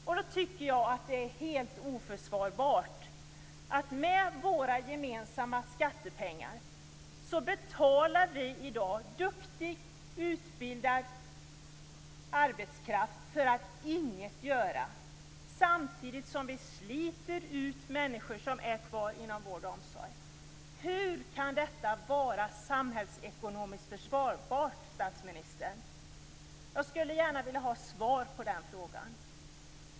Jag tycker att det är helt oförsvarbart att vi med våra gemensamma skattepengar i dag betalar duktig och utbildad arbetskraft för att inget göra samtidigt som vi sliter ut människor som är kvar inom vård och omsorg. Hur kan detta vara samhällsekonomiskt försvarbart, statsministern? Jag skulle gärna vilja ha ett svar på den frågan.